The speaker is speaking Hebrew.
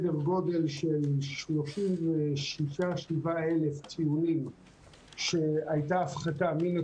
של 36,000 ציונים שהייתה הפחתה של 1 30